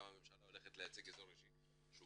גם הממשלה עומדת להציג אזור אישי שהוא